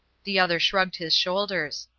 the other shrugged his shoulders.